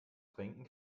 trinken